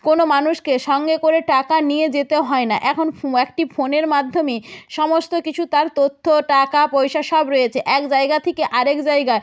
কোনো মানুষকে সঙ্গে করে টাকা নিয়ে যেতে হয় না এখন ফ্ একটি ফোনের মাধ্যমে সমস্ত কিছু তার তথ্য টাকা পয়সা সব রয়েছে এক জায়গা থেকে আরেক জায়গা